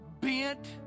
bent